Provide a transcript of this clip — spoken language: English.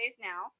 now